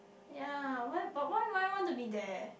ya why but why would I want to be there